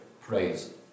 Praise